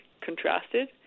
contrasted